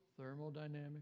thermodynamics